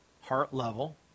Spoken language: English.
heart-level